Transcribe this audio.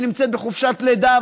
שנמצאת בחופשת לידה,